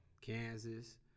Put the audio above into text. Kansas